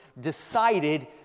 decided